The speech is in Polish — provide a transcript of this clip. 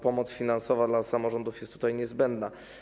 Pomoc finansowa dla samorządów jest tutaj niezbędna.